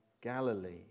Galilee